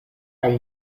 kaj